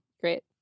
Great